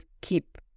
keep